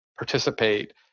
participate